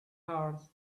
hard